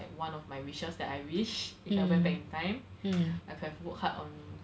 one of my wishes that I wish if I went back in time I could have worked hard on